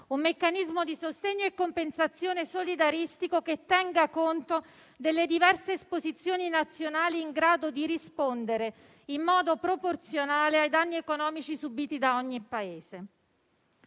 un meccanismo di sostegno e compensazione solidaristico che tenga conto delle diverse esposizioni nazionali, in grado di rispondere in modo proporzionale ai danni economici subiti da ogni Paese.